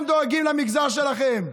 הם דואגים למגזר שלכם.